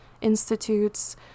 institutes